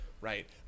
right